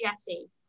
Jesse